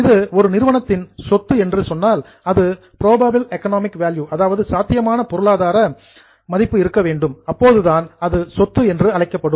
இது ஒரு நிறுவனத்தின் சொத்து என்று சொன்னால் அதற்கு புரோபபில் எக்கனாமிக் வேல்யூ சாத்தியமான பொருளாதார மதிப்பு இருக்க வேண்டும் அப்போதுதான் அது சொத்து என்று அழைக்கப்படும்